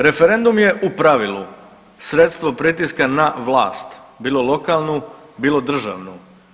Referendum je u pravilu sredstvo pritiska na vlast bilo lokalnu, bilo državnu.